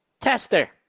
Tester